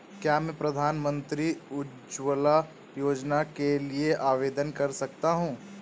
क्या मैं प्रधानमंत्री उज्ज्वला योजना के लिए आवेदन कर सकता हूँ?